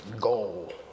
goal